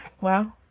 Wow